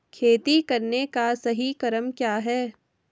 खेती करने का सही क्रम क्या है?